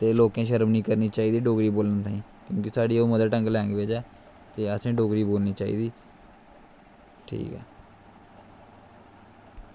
ते लोकें शर्म निं करनी चाहिदी डोगरी बोलनै ताहीं एह् बी थुआढ़ी गै मदर टंग लैंग्वेज़ ऐ ते असें डोगरी बोलनी चाहिदी ठीक ऐ